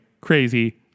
Crazy